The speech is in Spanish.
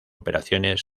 operaciones